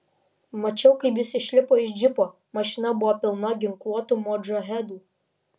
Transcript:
mačiau kaip jis išlipo iš džipo mašina buvo pilna ginkluotų modžahedų